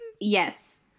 Yes